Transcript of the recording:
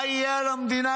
מה יהיה על המדינה?